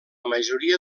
majoria